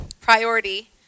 Priority